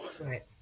Right